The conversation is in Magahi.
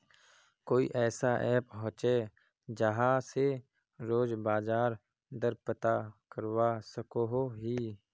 कोई ऐसा ऐप होचे जहा से रोज बाजार दर पता करवा सकोहो ही?